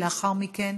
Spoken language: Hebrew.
ולאחר מכן,